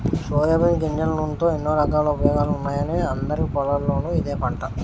soybean గింజల నూనెతో ఎన్నో రకాల ఉపయోగాలున్నాయని అందరి పొలాల్లోనూ ఇదే పంట